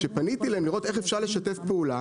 כשפניתי אליהם לראות איך אפשר לשתף פעולה,